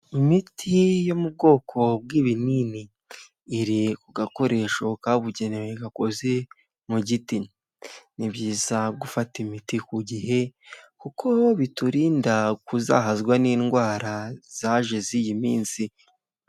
Imiti yo mu bwoko bw'ibinini. Iri ku gakoresho kabugenewe gakoze mu giti. Ni byiza gufata imiti ku gihe kuko biturinda kuzahazwa n'indwara zaje z'iyi minsi.